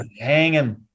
hanging